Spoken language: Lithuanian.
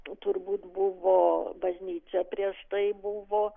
turbūt buvo bažnyčia prieš tai buvo